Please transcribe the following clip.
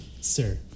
sir